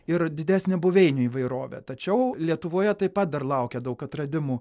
ir didesnę buveinių įvairovę tačiau lietuvoje taip pat dar laukia daug atradimų